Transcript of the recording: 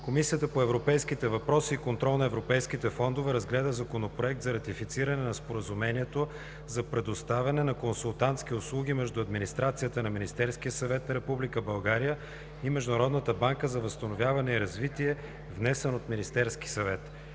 Комисията по европейските въпроси и контрол на европейските фондове разгледа Законопроект за ратифициране на Споразумението за предоставяне на консултантски услуги между администрацията на Министерския съвет на Република България и Международната банка за възстановяване и развитие, внесен от Министерския съвет.